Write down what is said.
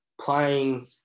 playing